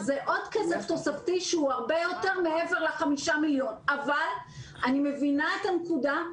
כשלעצמו הליך שהוא בעיניי מאוד בעייתי.